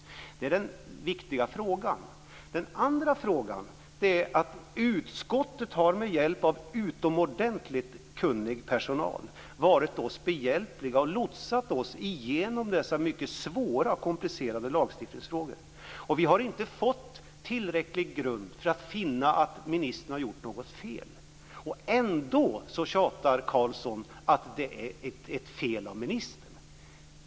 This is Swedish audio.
Det är den ena viktiga frågan. Den andra frågan är att utskottet med hjälp av utomordentligt kunnig personal varit oss behjälpligt och lotsat oss igenom dessa mycket svåra och komplicerade lagstiftningsfrågor. Vi har inte fått tillräcklig grund för att finna att ministern har gjort något fel. Ändå tjatar Karlsson att det är ett fel av ministern.